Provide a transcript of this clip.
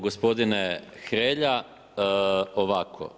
Gospodine Hrelja, ovako.